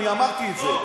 ואני אמרתי את זה.